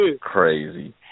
Crazy